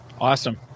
Awesome